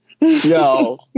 Yo